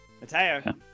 Mateo